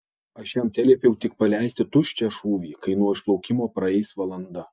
aš jam teliepiau tik paleisti tuščią šūvį kai nuo išplaukimo praeis valanda